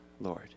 Lord